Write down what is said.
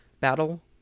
battle